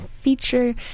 feature